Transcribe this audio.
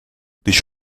když